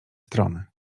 strony